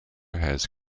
has